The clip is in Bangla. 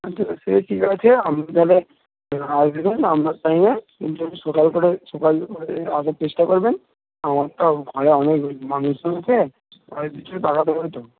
আচ্ছা সে ঠিক আছে আপনি তাহলে আসবেন আপনার টাইমে কিন্তু একটু সকাল করে সকাল করে আসার চেষ্টা করবেন আমাদের তো আরও ঘরে অনেক মানুষজন আছে সবাই পিছনে তাড়া দেবে তো